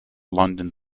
london